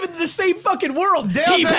the same fucking world